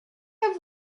have